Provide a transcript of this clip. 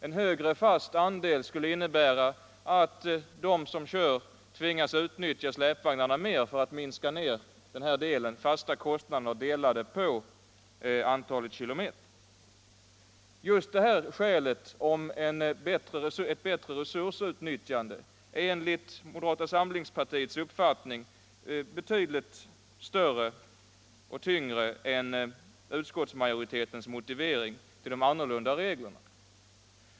En högre fast andel skulle innebära att de som kör tvingas utnyttja släpvagnarna mer för att minska andelen fasta kostnader genom att dela den på antalet kilometer. Just detta skäl — ett bättre resursutnyttjande — är enligt moderata samlingspartiets uppfattning betydligt större och tyngre än utskottsmajoritetens motivering för de ändrade reglerna.